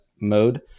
mode